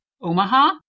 Omaha